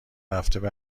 هفتهها